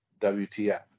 WTF